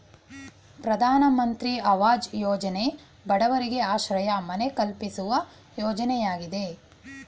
ಪ್ರಧಾನಮಂತ್ರಿ ಅವಾಜ್ ಯೋಜನೆ ಬಡವರಿಗೆ ಆಶ್ರಯ ಮನೆ ಕಲ್ಪಿಸುವ ಯೋಜನೆಯಾಗಿದೆ